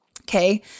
Okay